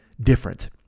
different